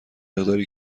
مقداری